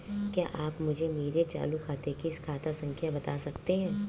क्या आप मुझे मेरे चालू खाते की खाता संख्या बता सकते हैं?